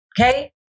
Okay